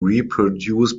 reproduce